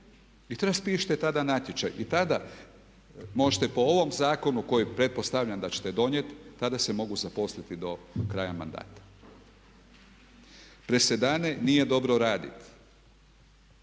i raspišite tada natječaj i tada možete po ovom zakonu koji pretpostavljam da ćete donijeti tada se mogu zaposliti do kraja mandata. Presedane nije dobro raditi.